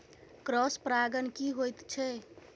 Cross परागण की होयत छै?